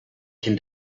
can